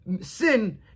sin